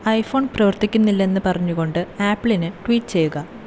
iPhone പ്രവർത്തിക്കുന്നില്ലെന്ന് പറഞ്ഞുകൊണ്ട് ആപ്പിളിന് ട്വീറ്റ് ചെയ്യുക